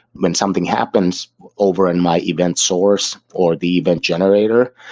when something happens over in my event source or the event generator,